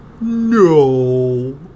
No